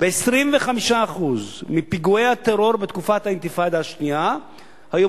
ב-25% מפיגועי הטרור בתקופת האינתיפאדה השנייה היו